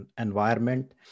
environment